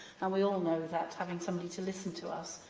and we all know that that having somebody to listen to us,